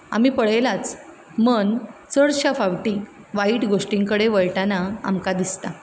आमी पळयलांच मन चडशे फावटी वायट गोश्टी कडेन वळटाना आमकां दिसता